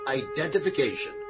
identification